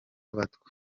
abatwa